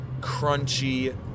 crunchy